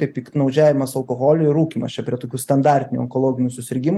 tai piktnaudžiavimas alkoholiu ir rūkymas čia prie tokių standartinių onkologinių susirgimų